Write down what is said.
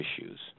issues